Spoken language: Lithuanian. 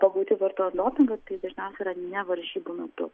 pagauti vartojant dopingą tai dažniausia yra ne varžybų metu